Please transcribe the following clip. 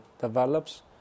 develops